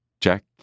Jack